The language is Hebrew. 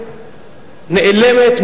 נעלמת,